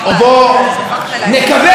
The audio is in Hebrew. אנחנו, אולי, כבר לא כל כך אור לגויים.